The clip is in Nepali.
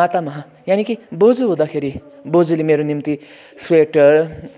मातामहा यानिकि बज्यू हुँदाखेरि बज्यूले मेरो निम्ति स्वेटर